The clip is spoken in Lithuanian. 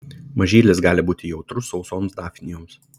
mažylis gali būti jautrus sausoms dafnijoms